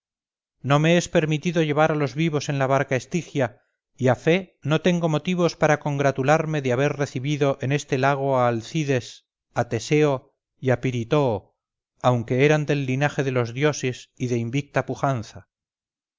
no me es permitido llevar a los vivos en la barca estigia y a fe no tengo motivos para congratularme de haber recibido en este lago a alcides a teseo y a pirítoo aunque eran del linaje de los dioses y de invicta pujanza